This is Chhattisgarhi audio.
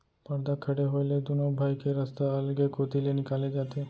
परदा खड़े होए ले दुनों भाई के रस्ता अलगे कोती ले निकाले जाथे